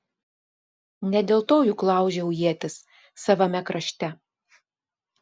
ne dėl to juk laužiau ietis savame krašte